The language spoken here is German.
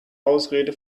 ausrede